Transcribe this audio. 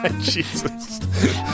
Jesus